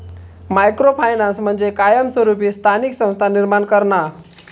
micro finance म्हणजे कायमस्वरूपी स्थानिक संस्था निर्माण करणा